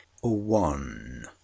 one